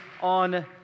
on